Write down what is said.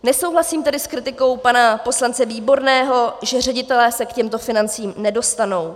Nesouhlasím tedy s kritikou pana poslance Výborného, že ředitelé se k těmto financím nedostanou.